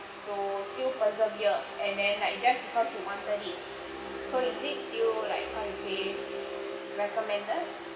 to still persevere and then like just because you wanted it so is it still like how to say recommended